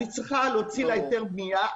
אני צריכה להוציא לה היתר בנייה.